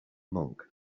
monk